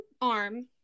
arm